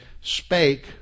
spake